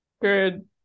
Good